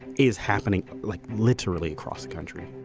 is happening like literally across the country.